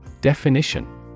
Definition